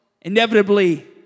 inevitably